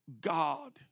God